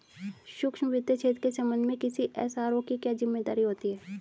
सूक्ष्म वित्त क्षेत्र के संबंध में किसी एस.आर.ओ की क्या जिम्मेदारी होती है?